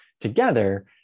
together